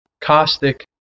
Caustic